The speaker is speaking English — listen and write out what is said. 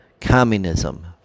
communism